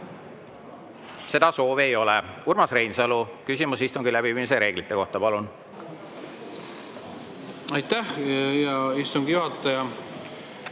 Seda soovi ei ole. Urmas Reinsalu, küsimus istungi läbiviimise reeglite kohta, palun! Aitäh, hea istungi juhataja!